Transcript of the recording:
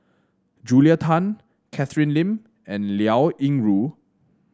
Julia Tan Catherine Lim and Liao Yingru